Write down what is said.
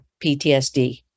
PTSD